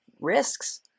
risks